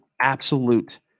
absolute